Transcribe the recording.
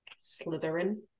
Slytherin